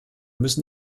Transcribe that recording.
müssen